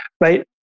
Right